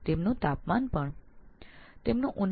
તેઓનું તાપમાન પણ અલગ હતું